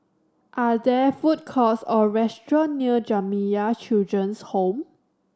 are there food courts or restaurants near Jamiyah Children's Home